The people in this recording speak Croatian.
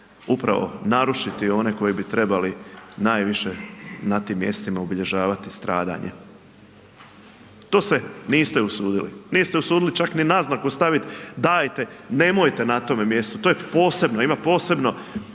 upravo narušiti one koji bi trebali najviše na tim mjestima obilježavati stradanje. To se niste usudili. Niste se usudili čak ni naznaku stavit dajte nemojte na tome mjestu, to je posebno, ima posebno